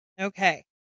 Okay